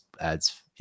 adds